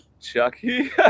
Chucky